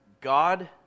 God